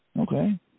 Okay